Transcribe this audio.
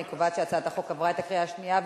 אני קובעת שהצעת החוק עברה את הקריאה השנייה.